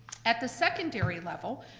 at the secondary level,